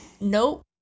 Nope